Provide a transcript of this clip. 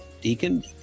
Deacon